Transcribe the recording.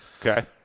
Okay